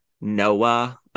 Noah